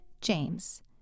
James